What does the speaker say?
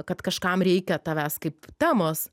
kad kažkam reikia tavęs kaip temos